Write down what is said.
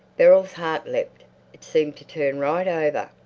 beryl's heart leapt it seemed to turn right over,